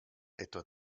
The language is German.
etwa